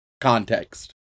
context